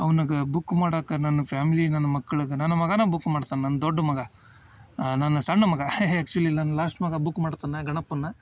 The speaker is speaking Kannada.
ಅವ್ನಗ ಬುಕ್ ಮಾಡಾಕ ನನ್ನ ಫ್ಯಾಮ್ಲಿ ನನ್ನ ಮಕ್ಕಳ್ಗೆ ನನ್ನ ಮಗನ ಬುಕ್ ಮಾಡ್ತಾನೆ ನನ್ನ ದೊಡ್ಡ ಮಗ ನನ್ನ ಸಣ್ಣ ಮಗ ಆ್ಯಕ್ಚುಲಿ ನನ್ನ ಲಾಸ್ಟ್ ಮಗ ಬುಕ್ ಮಾಡ್ತಾನೆ ಗಣಪನ್ನ